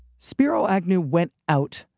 spiro agnew went out.